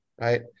right